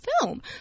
film